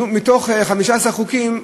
נו, מתוך 15 חוקים,